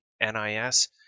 NIS